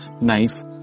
knife